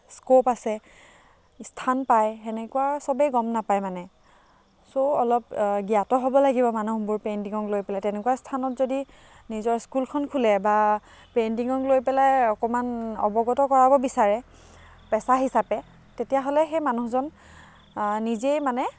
scope আছে স্থান পায় সেনেকুৱা সবেই গম নাপায় মানে ছ' অলপ জ্ঞাত হ'ব লাগিব মানুহবোৰ পেইণ্টিঙক লৈ পেলাই তেনেকুৱা স্থানত যদি নিজৰ স্কুলখন খোলে বা পেইণ্টিঙক লৈ পেলাই অকণমান অৱগত কৰাব বিচাৰে পেছা হিচাপে তেতিয়াহ'লে সেই মানুহজন নিজেই মানে